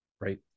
Right